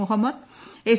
Muhammad S